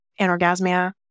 anorgasmia